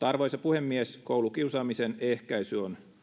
arvoisa puhemies koulukiusaamisen ehkäisy on